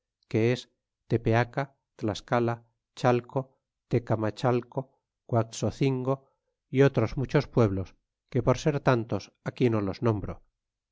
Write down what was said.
que es tepeaca tlascala chale tecamachalco guaxocingo é otros muchos pueblos que por ser tantos aquí no los nombro